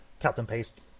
cut-and-paste